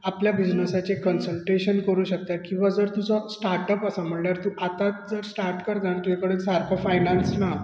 आपल्या बीजनेसाची कन्सलटेशन करूंक शकता किंवां जर तुजो स्टार्टप आसा म्हणल्यार तूं आता स्टार्ट करता आनी तुजे कडेन सारको फायनान्स ना